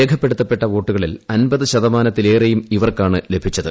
രേഖപ്പെടുത്തപ്പെട്ട വോട്ടുകളിൽ അമ്പത് ശതമാനത്തിലേറെയും ഇവർക്കാണ് ലഭിച്ചത്